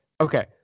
Okay